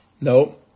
No